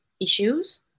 issues